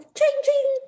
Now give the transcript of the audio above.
changing